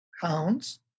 counts